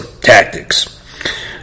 tactics